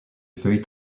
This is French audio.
feuilles